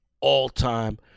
all-time